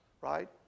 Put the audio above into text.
Right